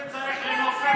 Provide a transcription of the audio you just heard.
תמיד צריך לנופף בסיסמאות.